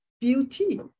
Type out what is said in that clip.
beauty